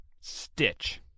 Stitch